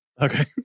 Okay